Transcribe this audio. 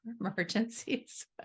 emergencies